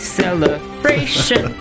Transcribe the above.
celebration